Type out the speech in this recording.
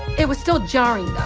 it was still jarring,